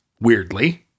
weirdly